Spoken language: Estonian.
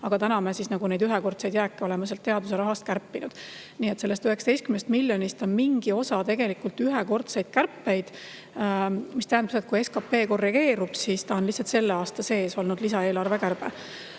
aga praegu oleme me neid ühekordseid jääke sellest teaduse rahast kärpinud. Nii et sellest 19 miljonist on mingi osa tegelikult ühekordseid kärpeid. See tähendab seda, et kui SKT korrigeerub, siis see on lihtsalt selle aasta sees olnud lisaeelarvekärbe. Mis